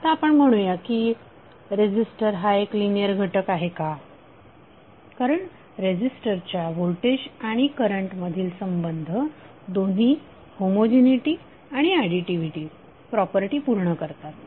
आता आपण म्हणू की रेझीस्टर हा एक लिनिअर घटक आहे का कारण रेझीस्टरच्या होल्टेज आणि करंट मधील संबंध दोन्ही होमोजिनीटी आणि ऍडीटीव्हीटी प्रॉपर्टी पूर्ण करतात